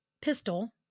pistol